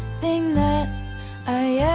thing that i yeah